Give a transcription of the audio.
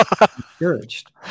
Encouraged